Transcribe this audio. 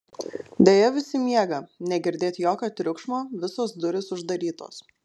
deja visi miega negirdėt jokio triukšmo visos durys uždarytos